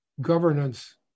governance